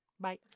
Bye